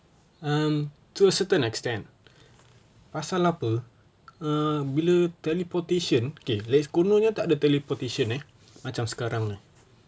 um to a certain extent pasal lah tu err bila teleportation okay kononnya tak ada teleportation eh macam sekarang ni